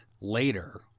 later